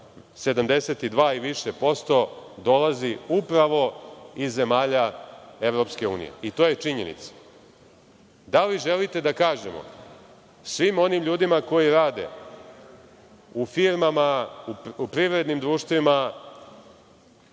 72 i više posto dolazi upravo iz zemalja EU, to je činjenica. Da li želite da kažemo svim onim ljudima koji rade u firmama, u privrednim društvima